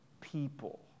people